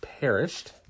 perished